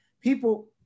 People